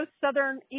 southern